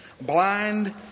Blind